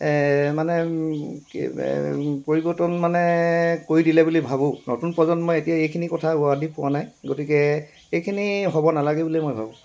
মানে কি মানে পৰিৱৰ্তন মানে কৰি দিলে বুলি ভাবোঁ নতুন প্ৰজন্মই এতিয়া এইখিনি কথা উৱাদিহ পোৱা নাই গতিকে এইখিনি হ'ব নালাগে বুলিয়েই মই ভাবোঁ